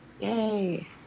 Yay